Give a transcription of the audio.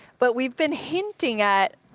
but we've been hinting at